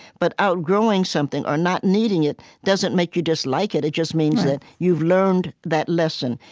but outgrowing something or not needing it doesn't make you dislike it, it just means that you've learned that lesson.